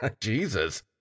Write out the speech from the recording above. Jesus